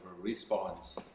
response